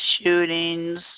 shootings